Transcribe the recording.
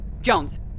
Jones